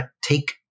take